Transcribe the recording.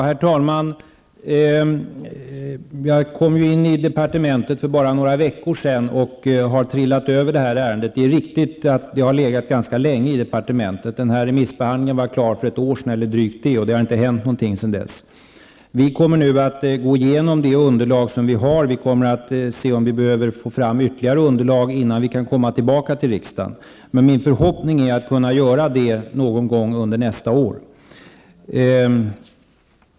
Herr talman! Jag kom in i departementet för bara några veckor sedan och har trillat över detta ärende. Det är riktigt att det har legat ganska länge i departementet. Remissbehandlingen var klar för drygt ett år sedan, och det har inte hänt någonting sedan dess. Vi kommer nu att gå igenom det underlag vi har och se om vi behöver ytterligare underlag innan vi kan komma tillbaka till riksdagen. Min förhoppning är att kunna göra det någon gång under nästa år.